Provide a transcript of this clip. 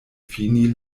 fini